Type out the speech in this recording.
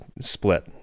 split